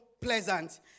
pleasant